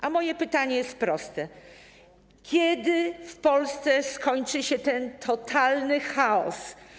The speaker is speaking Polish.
A moje pytanie jest proste: Kiedy w Polsce skończy się ten totalny chaos?